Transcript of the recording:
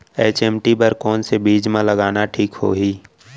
HMT बर कौन से बीज मा लगाना ठीक होही?